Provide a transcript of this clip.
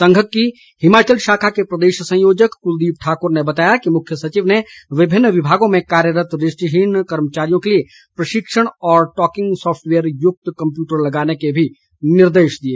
संघ की हिमाचल शाखा के प्रदेश संयोजक कलदीप ठाकर ने बताया कि मुख्य सचिव ने विभिन्न विभागों में कार्यरत दृष्टिहीन कर्मचारियों के लिए प्रशिक्षण और टॉकिंग सोफ्टवेयर युक्त कम्प्यूटर लगाने के भी निर्देश दिए